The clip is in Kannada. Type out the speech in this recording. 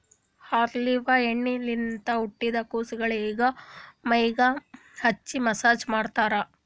ಆಲಿವ್ ಎಣ್ಣಿಲಿಂತ್ ಹುಟ್ಟಿದ್ ಕುಸಗೊಳಿಗ್ ಮೈಗ್ ಹಚ್ಚಿ ಮಸ್ಸಾಜ್ ಮಾಡ್ತರ್